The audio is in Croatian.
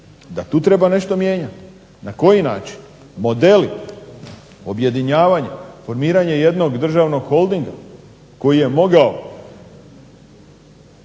da tu treba nešto mijenjati, na koji način, modeli, objedinjavanje, formiranje jednog državnog holdinga koji je mogao